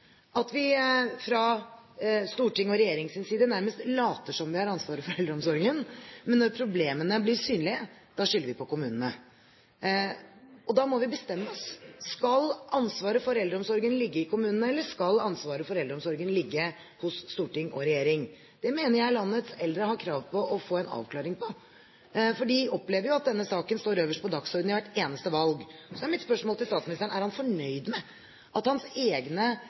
at vi fra Stortingets og regjeringens side nærmest later som om vi har ansvaret for eldreomsorgen, men når problemene blir synlige, da skylder vi på kommunene. Vi må bestemme oss: Skal ansvaret for eldreomsorgen ligge i kommunene, eller skal ansvaret for eldreomsorgen ligge hos storting og regjering? Det mener jeg landets eldre har krav på å få en avklaring på, for de opplever jo at denne saken står øverst på dagsordenen ved hvert eneste valg. Så er mitt spørsmål til statsministeren: Er han fornøyd med at hans egne